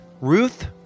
ruth